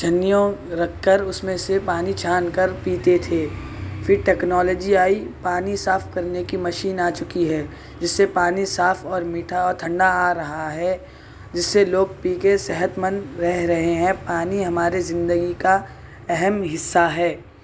چھنّیوں رکھ کر اُس میں سے پانی چھان کر پیتے تھے پھر ٹیکنالوجی آئی پانی صاف کرنے کی مشین آ چکی ہے جس سے پانی صاف اور میٹھا اور ٹھنڈا آرہا ہے جس سے لوگ پی کے صحت مند رہ رہے ہیں پانی ہمارے زندگی کا اہم حصہ ہے